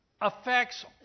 affects